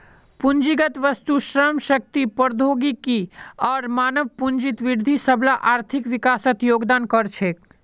पूंजीगत वस्तु, श्रम शक्ति, प्रौद्योगिकी आर मानव पूंजीत वृद्धि सबला आर्थिक विकासत योगदान कर छेक